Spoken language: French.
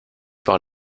par